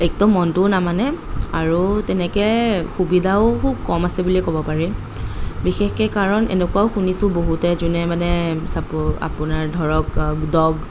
একদম মনটো নামানে আৰু তেনেকৈ সুবিধাও খুব কম আছে বুলি ক'ব পাৰি বিশেষকৈ কাৰণ এনেকুৱাও শুনিছো বহুতে যোনে মানে চাপজ আপোনাৰ ধৰক ডগ